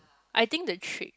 I think the treat